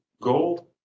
gold